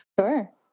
Sure